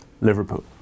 Liverpool